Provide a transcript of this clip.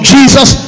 Jesus